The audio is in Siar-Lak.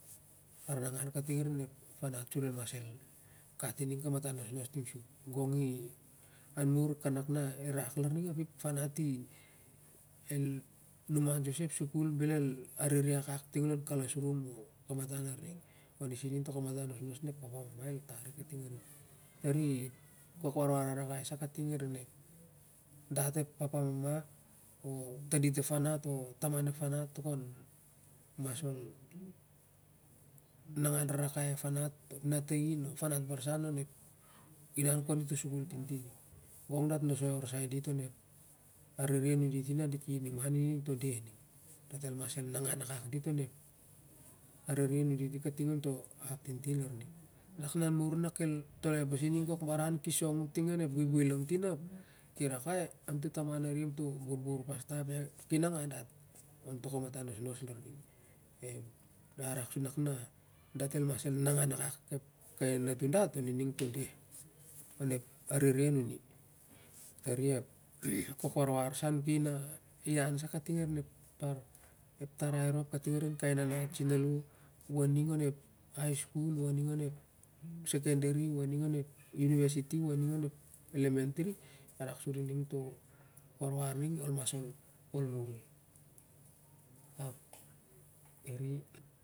Ar nangan kating arin ep parat sur el mas gat i ning kamatan nosnos ting sup gong i anmur kanak na el rak larning ap ip farat i el human soi sa ep sikul bel oil arere akak ting an sikul o kamatan larning on i sa ining toh kamatan nos nos na ep papa mama el tar i a ria. Tari kok warwar rarakai sa kating arin ep dat papa mama tandit ep farat o taman ep farat ol mas nangan rarakai ep farat o ep natain o farat barsan sur el ai kating on i to sikul tintin ning gong dat nosoi orsai dit onep arere hundit i ning na dit aning ma on i toh deh ning dat el mai nangan rarkai dit sak nan mur na ki song am totaman ting on ep buibui lantin ap ki rak wai amtotaman avi basa amtoh borbor pesta ki mangan dat onto kamatan nosnos lar ning. Ia rak na dat el mas nangan rarakai kai raratan dat on i ning toh deh ning on ep arere nun i tari kok warwar sa nuiki na i an sa kating arim ep bar tarai rop kating arin kai na nat semalo ol mas longrai ap ol mun.